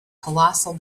colossal